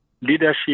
leadership